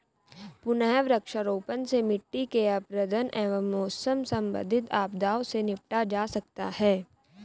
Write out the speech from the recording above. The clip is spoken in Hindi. पुनः वृक्षारोपण से मिट्टी के अपरदन एवं मौसम संबंधित आपदाओं से निपटा जा सकता है